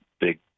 big